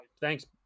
Thanks